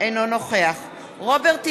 אינו נוכח רוברט טיבייב,